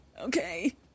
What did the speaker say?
Okay